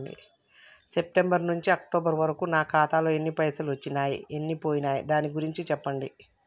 September నుంచి October వరకు నా ఖాతాలో ఎన్ని పైసలు వచ్చినయ్ ఎన్ని పోయినయ్ దాని గురించి చెప్పండి?